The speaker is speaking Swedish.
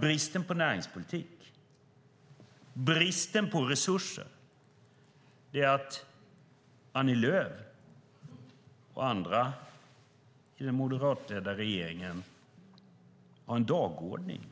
Bristen på näringspolitik och resurser beror på att Annie Lööf och andra i den moderatledda regeringen har en dagordning